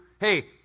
Hey